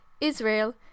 Israel